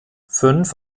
fünf